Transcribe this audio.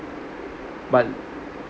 but